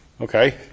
Okay